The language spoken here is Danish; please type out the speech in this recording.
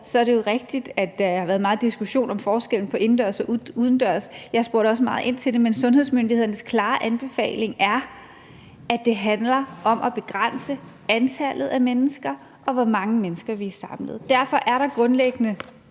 er det jo rigtigt, at der har været meget diskussion om forskellen mellem indendørs og udendørs. Jeg spurgte også meget ind til det, men sundhedsmyndighedernes klare anbefaling er, at det handler om at begrænse antallet af mennesker, og hvor mange mennesker vi er samlet. Derfor er der grundlæggende